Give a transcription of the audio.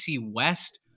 West